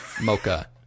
Mocha